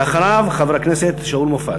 ואחריו, חבר הכנסת שאול מופז.